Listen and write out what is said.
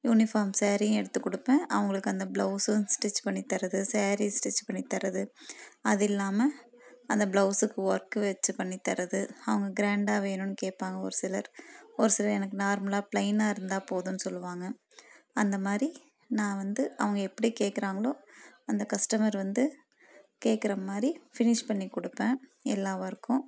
uniform சேரீயும் எடுத்து கொடுப்பேன் அவங்களுக்கு அந்த ப்ளௌஸும் ஸ்ட்ரிச் பண்ணி தர்றது சேரீ ஸ்ட்ரிச் பண்ணி தர்றது அது இல்லாமல் அந்த ப்ளௌஸுக்கு ஒர்க் வச்சு பண்ணி தர்றது அவங்க கிராண்டாக வேணும்ன்னு கேட்பாங்க ஒரு சிலர் ஒரு சிலர் எனக்கு நார்மலாக பிளைன்னாக இருந்தால் போதும்ன்னு சொல்வாங்க அந்த மாதிரி நான் வந்து அவங்க எப்படி கேட்குறாங்களோ அந்த கஸ்டமர் வந்து கேட்குற மாதிரி ஃபினிஷ் பண்ணி கொடுப்பேன் எல்லா ஒர்க்கும்